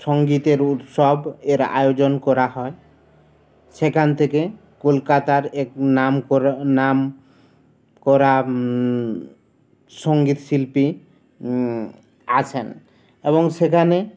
সঙ্গীতের উৎসব এর আয়োজন করা হয় সেখান থেকে কলকাতার এক নাম নাম করা সঙ্গীত শিল্পী আসেন এবং সেখানে